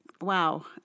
wow